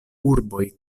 urboj